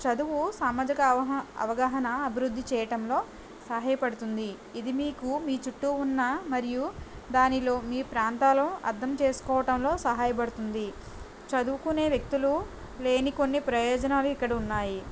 చదువు సామజిక అవహ అవగాహనా అభివృద్ధి చేయటంలో సహాయ పడుతుంది ఇది మీకు మీ చుట్టూ ఉన్న మరియు దానిలో మీ ప్రాంతాల్లో అర్ధం చేసుకోవటంలో సహాయ పడుతుంది చదువుకునే వ్యక్తులు లేని కొన్ని ప్రయోజనాలు ఇక్కడ ఉన్నాయి